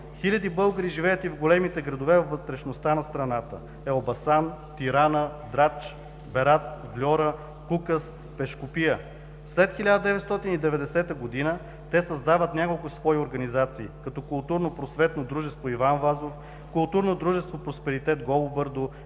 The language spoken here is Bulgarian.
Хиляди българи живеят и в големите градове във вътрешността на страната – Елбасан, Тиран, Драч, Берат, Вльора, Кукъс, Пешкопия. След 1990 г. те създават няколко свои организации като Културно-просветно дружество „Иван Вазов“, Културно дружество „Просперитет Голо бърдо“,